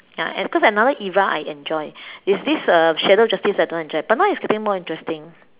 ya and cause another era I enjoy is this uh shadow justice that I don't enjoy but now it's getting more interesting